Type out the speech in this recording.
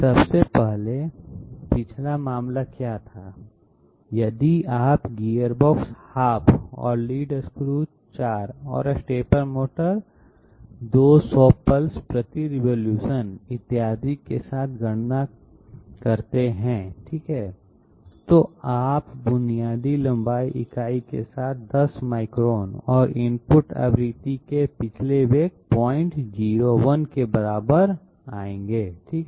सबसे पहले पिछला मामला क्या था यदि आप गियरबॉक्स हाफ और लीड स्क्रू 4 और स्टेपर मोटर 200 पल्स प्रति रिवॉल्यूशन इत्यादि के साथ गणना ठीक करते हैं तो आप बुनियादी लंबाई इकाई के साथ 10 माइक्रोन और इनपुट आवृत्ति के पिछले वेग 001 के बराबर आएंगे ठीक है